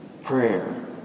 prayer